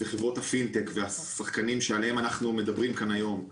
בחברות הפינטק והשחקנים שעליהם אנחנו מדברים כאן היום,